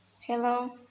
Hello